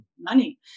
money